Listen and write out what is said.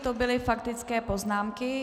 To byly faktické poznámky.